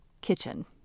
kitchen